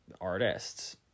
artists